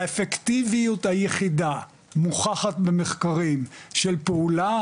האפקטיביות היחידה מוכחת במחקרים של פעולה